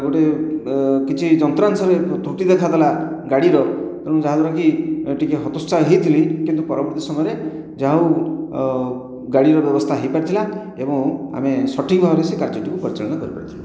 ଗୋଟିଏ କିଛି ଯନ୍ତ୍ରାଂଶରେ ତ୍ରୁଟି ଦେଖାଦେଲା ଗାଡ଼ିର ତେଣୁ ଯାହାଦ୍ୱାରା କି ଟିକେ ହତଷ୍ଟା ହେଇଥିଲି କିନ୍ତୁ ପରବର୍ତ୍ତୀ ସମୟରେ ଯାହାହେଉ ଗାଡ଼ିର ବ୍ୟବସ୍ଥା ହୋଇପାରିଥିଲା ଏବଂ ଆମେ ସଠିକ୍ ଭାବରେ ସେ କାର୍ଯ୍ୟଟିକୁ ପରିଚାଳନା କରିପାରିଥିଲୁ